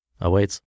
awaits